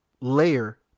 layer